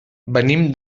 venim